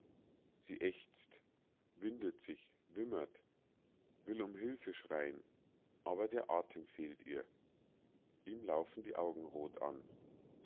sie ächzt windet sich wimmert will um hilfe schreien aber der atem fehlt ihr ihm laufen die augen rot an